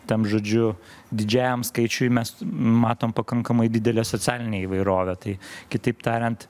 tam žodžiu didžiajam skaičiui mes matom pakankamai didelę socialinę įvairovę tai kitaip tariant